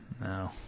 No